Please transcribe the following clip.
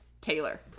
Taylor